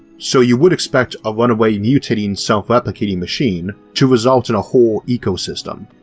so you would expect a runaway mutating self-replicating machine to result in a whole ecosystem.